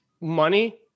money